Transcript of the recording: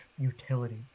utility